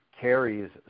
carries